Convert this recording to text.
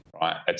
right